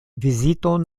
viziton